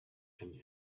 and